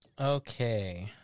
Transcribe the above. okay